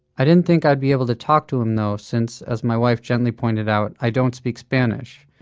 i didn't think i'd be able to talk to him though since, as my wife gently pointed out, i don't speak spanish.